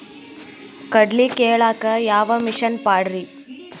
ಕಡ್ಲಿ ಕೇಳಾಕ ಯಾವ ಮಿಷನ್ ಪಾಡ್ರಿ?